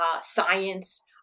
science